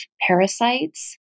parasites